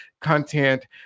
content